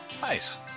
Nice